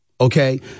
Okay